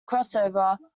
crossover